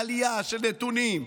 עלייה בנתונים,